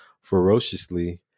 ferociously